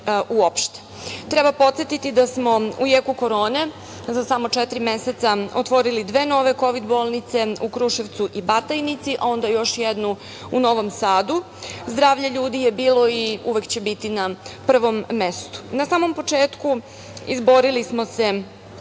uopšte. Treba podsetiti da smo u jeku korone za samo četiri meseca otvorili dve nove Kovid bolnice u Kruševcu i Batajnici, a onda još jednu u Novom Sadu. Zdravlje ljudi je bilo i uvek će biti na prvom mestu. Na samom početku izborili smo se